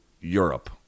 Europe